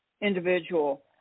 individual